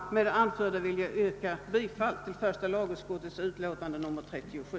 Med det anförda vill jag yrka bifall till första lagutskottets hemställan i utskottets utlåtande nr 37.